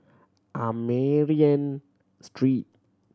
Armenian Street